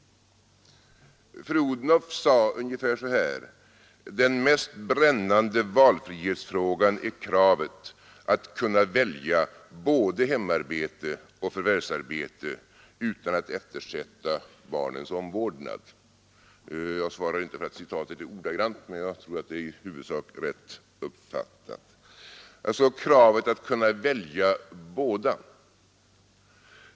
Fru Odhnoff sade ungefär som så att den mest brännande valfrihetsfrågan är kravet att kunna välja både hemarbete och förvärvsarbete utan att eftersätta barnens omvårdnad. Jag svarar inte för att citatet är ordagrant men tror att det i huvudsak är rätt uppfattat — alltså kravet att kunna välja båda.